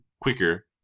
quicker